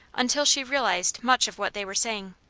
until she realized much of what they were saying.